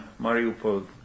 Mariupol